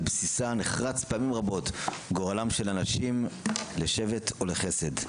בסיסה נחרץ פעמים רבות גורלם של אנשים לשבט או לחסד.